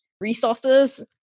resources